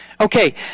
Okay